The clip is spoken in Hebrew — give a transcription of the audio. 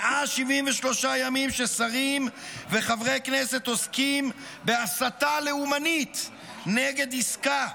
173 ימים ששרים וחברי כנסת עוסקים בהסתה לאומנית נגד עסקה,